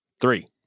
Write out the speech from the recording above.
Three